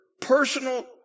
personal